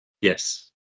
Yes